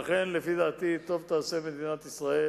לכן, לפי דעתי, טוב תעשה מדינת ישראל